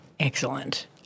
Excellent